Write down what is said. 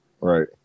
right